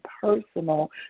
personal